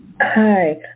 Hi